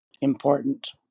important